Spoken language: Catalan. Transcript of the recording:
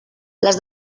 les